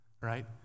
Right